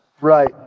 Right